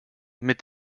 mit